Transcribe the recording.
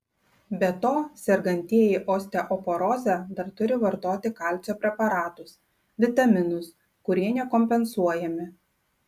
be to sergantieji osteoporoze dar turi vartoti kalcio preparatus vitaminus kurie nekompensuojami